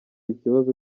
ikibazo